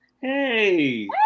Hey